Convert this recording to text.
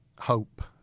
hope